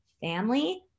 family